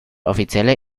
offizielle